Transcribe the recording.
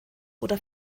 oder